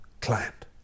client